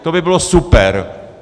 To by bylo super.